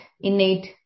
innate